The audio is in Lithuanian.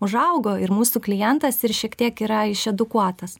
užaugo ir mūsų klientas ir šiek tiek yra išedukuotas